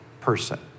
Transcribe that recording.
person